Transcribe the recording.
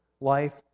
life